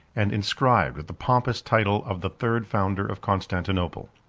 and inscribed with the pompous title of the third founder of constantinople.